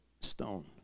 stone